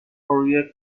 korea